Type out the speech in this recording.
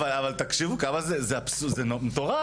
זה אבסורד מטורף.